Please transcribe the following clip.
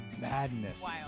madness